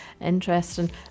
Interesting